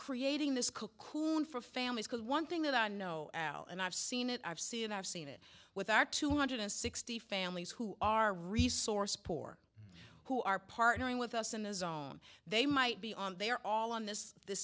creating this cookoo for families because one thing that i know and i've seen it i've seen and i've seen it with our two hundred and sixty families who are resource poor who are partnering with us in a zone they might be on they are all on this the